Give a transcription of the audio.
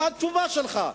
מהתשובה שלך.